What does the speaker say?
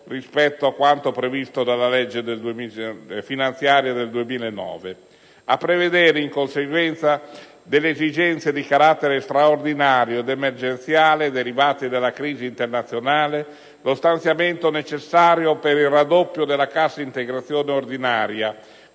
rispetto a quanto previsto dalla legge finanziaria per il 2009. Riteniamo inoltre necessario prevedere, in conseguenza delle esigenze di carattere straordinario ed emergenziale derivanti dalla crisi internazionale, lo stanziamento occorrente per il raddoppio della cassa integrazione ordinaria